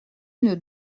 une